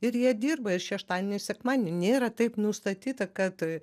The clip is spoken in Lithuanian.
ir jie dirba ir šeštadienį ir sekmadienį nėra taip nustatyta kad